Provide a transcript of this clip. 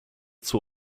zur